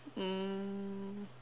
mm